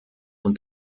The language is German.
und